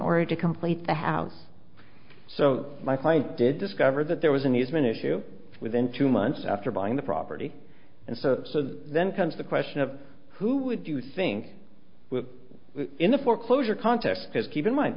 order to complete the house so my client did discover that there was an easement issue within two months after buying the property and so then comes the question of who would do things with in a foreclosure contest because keep in mind